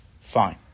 fine